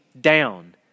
down